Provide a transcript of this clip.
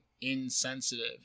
insensitive